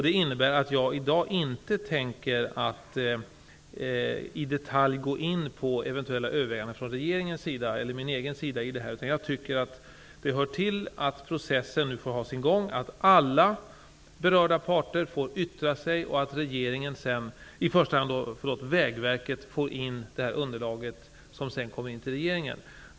Det medför att jag i dag inte tänker gå in i detalj på eventuella överväganden från regeringens eller min egen sida. Jag tycker att det hör till att processen nu får ha sin gång, att alla berörda parter får yttra sig och att i första hand Vägverket skall få det underlag som sedan skall komma in till regeringen.